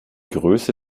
größe